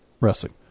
Wrestling